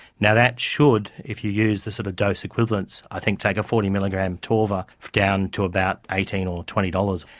now that should, if you use the sort of dose equivalents, i think take a forty milligram atorva down to about eighteen dollars or twenty dollars.